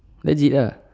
legit ah